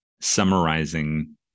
summarizing